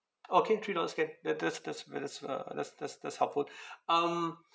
okay three dollars can the that's that's great that's uh that's that's that's helpful um